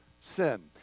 sin